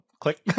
click